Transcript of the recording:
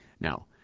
Now